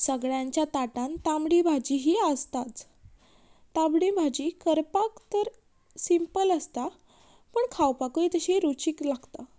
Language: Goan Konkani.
सगळ्यांच्या ताटान तांबडी भाजी ही आसताच तांबडी भाजी करपाक तर सिंपल आसता पूण खावपाकूय तशी रुचीक लागता